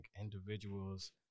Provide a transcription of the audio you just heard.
individuals